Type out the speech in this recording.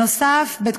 נוסף על כך,